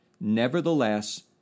Nevertheless